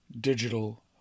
digital